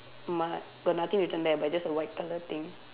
mud got nothing written there but it just a white colour thing